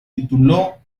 tituló